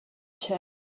chess